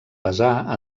pesar